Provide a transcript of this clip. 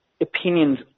opinions